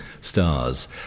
stars